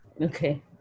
Okay